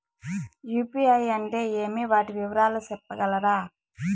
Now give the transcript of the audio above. UPI అంటే ఏమి? వాటి వివరాలు సెప్పగలరా?